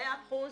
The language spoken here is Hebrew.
במאה אחוז